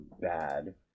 bad